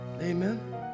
Amen